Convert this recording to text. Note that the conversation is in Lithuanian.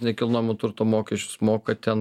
nekilnojamo turto mokesčius moka ten